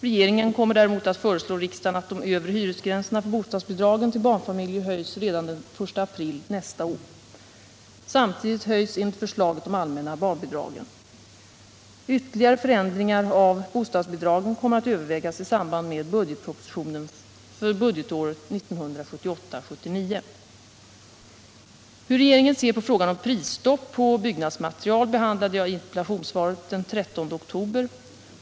Regeringen kommer däremot att föreslå riksdagen att de övre hyresgränserna för bostadsbidragen till barnfamiljer höjs redan den 1 april nästa år. Samtidigt höjs enligt förslaget de allmänna barnbidragen. Ytterligare förändringar av bostadsbidragen kommer att övervägas i samband med budgetpropositionen för budgetåret 1978/79. Hur regeringen ser på frågan om prisstopp på byggnadsmaterial behandlade jag i interpellationssvaret den 13 oktober.